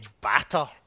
batter